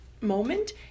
moment